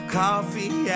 coffee